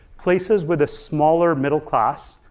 places with a smaller middle class,